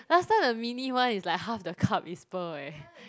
last time the mini one is like half the cup is pearl eh